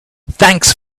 thanks